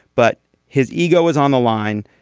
but his ego is on the line.